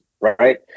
right